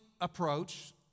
approach